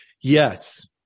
Yes